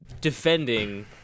defending